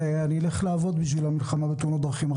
ואני אלך לעבוד בשביל המלחמה בתאונות דרכים.